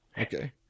Okay